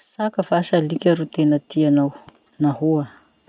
Saka va sa alika ro tena tianao? Nahoa?